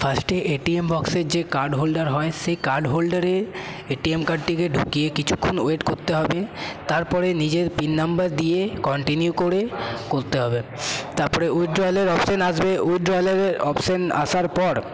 ফার্স্টে এটিএম বক্সের যে কার্ড হোল্ডার হয় সেই কার্ড হোল্ডারে এটিএম কার্ডটিকে ঢুকিয়ে কিছুক্ষণ ওয়েট করতে হবে তারপরে নিজের পিন নম্বর দিয়ে কন্টিনিউ করে করতে হবে তারপরে উইথড্রলের অপশান আসবে উইথড্রলের অপশান আসার পর